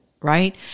right